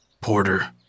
Porter